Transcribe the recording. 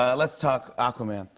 um let's talk aquaman.